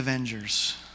Avengers